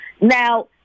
Now